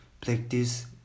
practice